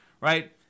right